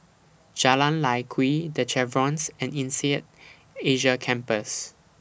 Jalan Lye Kwee The Chevrons and Insead Asia Campus